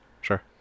Sure